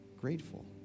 grateful